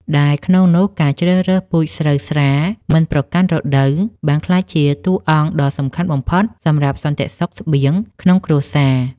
ដែលក្នុងនោះការជ្រើសរើសពូជស្រូវស្រាលមិនប្រកាន់រដូវបានក្លាយជាតួអង្គដ៏សំខាន់បំផុតសម្រាប់សន្តិសុខស្បៀងក្នុងគ្រួសារ។